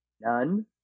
None